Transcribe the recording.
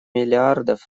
миллиардов